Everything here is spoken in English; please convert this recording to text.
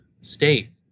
state